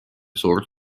suurt